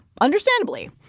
Understandably